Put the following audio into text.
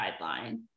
guideline